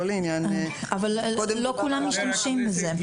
אבל לא כולם משתמשים בזה.